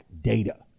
data